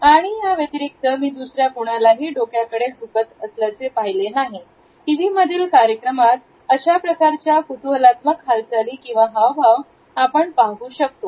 आणि त्या व्यतिरिक्त मी दुसऱ्या कोणालाही डोक्याकडे झुकत असल्याचे पाहिले नाही टीव्हीमधील कार्यक्रमात अशा प्रकारच्या कुतूहलत्मक हालचाली किंवा हावभाव आपण पाहू शकतो